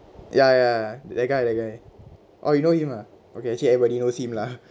ya ya that guy that guy orh you know him ah okay actually everybody knows him lah